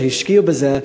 שהשקיעו בזה.